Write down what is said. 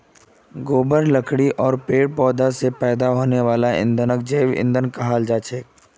गोबर लकड़ी आर पेड़ पौधा स पैदा हने वाला ईंधनक जैव ईंधन कहाल जाछेक